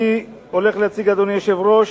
אדוני היושב-ראש,